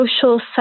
Social